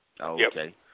Okay